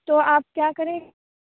تو آپ کیا کریں